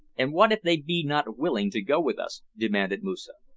and what if they be not willing to go with us? demanded moosa.